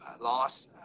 loss